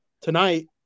tonight